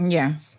Yes